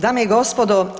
Dame i gospodo.